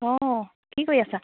অঁ কি কৰি আছা